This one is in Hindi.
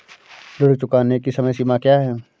ऋण चुकाने की समय सीमा क्या है?